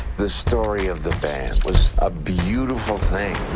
the story of the band was a beautiful thing.